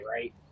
right